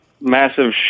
massive